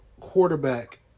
quarterback